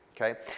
okay